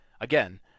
Again